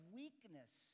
weakness